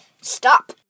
stop